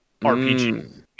RPG